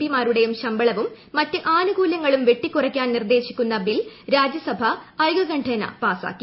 P മാരുടേയും ശമ്പളവും മറ്റ് ആനുകൂല്യങ്ങളും വെട്ടിക്കുറയ്ക്കാൻ നിർദ്ദേശിക്കുന്ന ബിൽ രാജ്യസഭ ഐകക ണ്ഠേന പാസ്സാക്കി